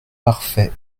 parfait